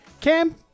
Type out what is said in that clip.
Cam